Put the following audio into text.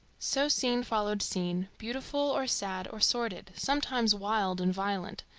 so scene followed scene, beautiful, or sad, or sordid, sometimes wild and violent,